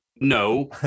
No